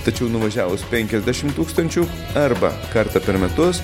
tačiau nuvažiavus penkiasdešim tūkstančių arba kartą per metus